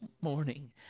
morning